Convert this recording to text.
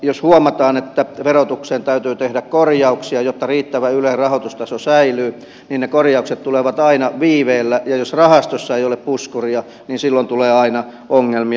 jos huomataan että verotukseen täytyy tehdä korjauksia jotta riittävä ylen rahoitustaso säilyy niin ne korjaukset tulevat aina viiveellä ja jos rahastossa ei ole puskuria niin silloin tulee aina ongelmia